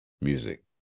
music